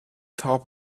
top